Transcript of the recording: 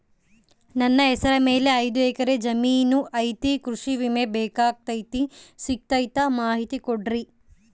ನನ್ನ ಹೆಸರ ಮ್ಯಾಲೆ ಐದು ಎಕರೆ ಜಮೇನು ಐತಿ ಕೃಷಿ ವಿಮೆ ಬೇಕಾಗೈತಿ ಸಿಗ್ತೈತಾ ಮಾಹಿತಿ ಕೊಡ್ರಿ?